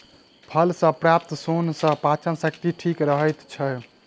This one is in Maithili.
फल सॅ प्राप्त सोन सॅ पाचन शक्ति ठीक रहैत छै